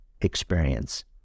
experience